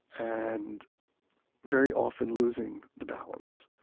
and very often losing the balance,